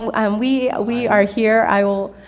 um um we, we are here. i will,